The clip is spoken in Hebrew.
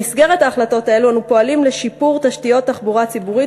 במסגרת החלטות אלו אנו פועלים לשיפור תשתיות תחבורה ציבורית